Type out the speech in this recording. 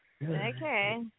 Okay